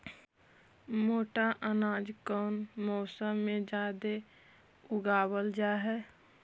मोटा अनाज कौन मौसम में जादे उगावल जा हई?